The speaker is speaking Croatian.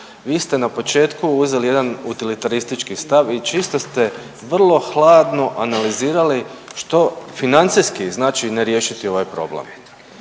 vi ste na početku uzeli jedan utilitaristički stav i čisto ste vrlo hladno analizirali što financijski znači ne riješiti ovaj problem.